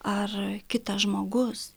ar kitas žmogus